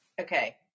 okay